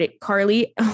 Carly